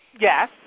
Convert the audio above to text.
yes